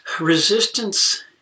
resistance